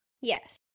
Yes